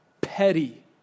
petty